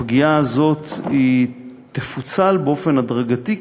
הפגיעה הזאת תפוצל באופן הדרגתי,